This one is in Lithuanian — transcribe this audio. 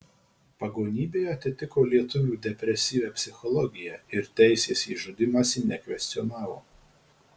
pagonybė atitiko lietuvių depresyvią psichologiją ir teisės į žudymąsi nekvestionavo